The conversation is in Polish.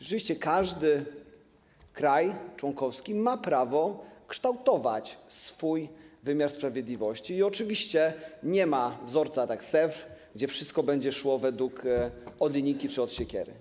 Rzeczywiście każdy kraj członkowski ma prawo kształtować swój wymiar sprawiedliwości i oczywiście nie ma wzorca jak z Sevres, gdzie wszystko będzie szło od linijki czy od siekiery.